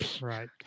right